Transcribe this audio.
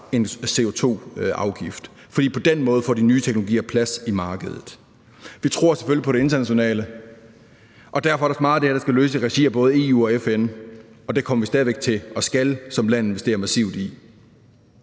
anbefalede. For på den måde får de nye teknologier plads i markedet. Vi tror selvfølgelig på det internationale, og derfor er der også meget af det her, der skal løses i regi af både EU og FN – og det kommer vi stadig væk til, og skal, som land investere massivt i.